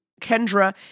Kendra